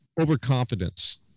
overconfidence